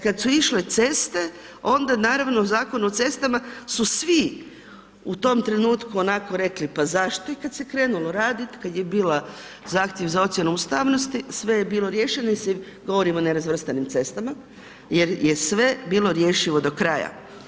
Kad su išle ceste onda naravno Zakon o cestama su svi u tom trenutku pa zašto i kad se krenulo radit, kad je bila zahtjev za ocjenu ustavnosti, sve je bilo riješeno i, govorim o nerazvrstanim cestama, jer je sve bilo rješivo do kraja.